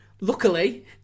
Luckily